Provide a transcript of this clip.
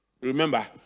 remember